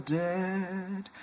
dead